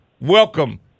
welcome